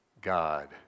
God